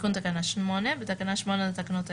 תיקון תקנה 8 3.בתקנה 8 לתקנות העיקריות,